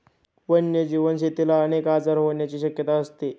वन्यजीव शेतीला अनेक आजार होण्याची शक्यता असते